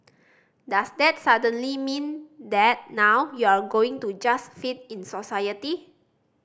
does that suddenly mean that now you're going to just fit in society